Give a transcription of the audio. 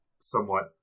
somewhat